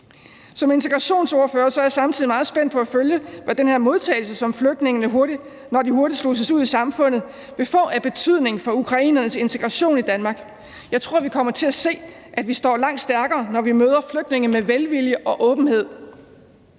Som integrationsordfører er jeg samtidig meget spændt på at følge, hvad den her modtagelse, som flygtningene vil få, når de hurtigt sluses ud i samfundet, vil få af betydning for ukrainernes integration i Danmark. Jeg tror, vi kommer til at se, at vi står langt stærkere, når vi møder flygtninge med velvilje og åbenhed.